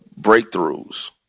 breakthroughs